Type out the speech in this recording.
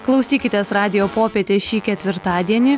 klausykitės radijo popietę šį ketvirtadienį